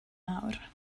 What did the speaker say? nawr